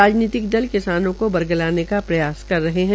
राजनीतिक दल किसानों को बरगलाने का प्रयास कर रहे है